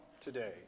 today